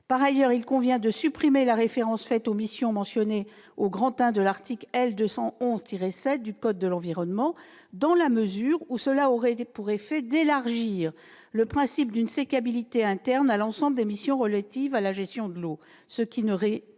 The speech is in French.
Par ailleurs, il convient de supprimer la référence faite aux missions mentionnées au I de l'article L. 211-7 du code de l'environnement, dans la mesure où cette mention aurait pour effet d'élargir le principe d'une sécabilité interne à l'ensemble des missions relatives à la gestion de l'eau. Une telle